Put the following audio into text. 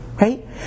right